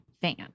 fan